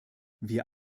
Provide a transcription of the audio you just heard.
wir